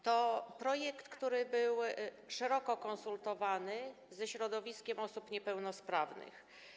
To projekt, który był szeroko konsultowany ze środowiskiem osób niepełnosprawnych.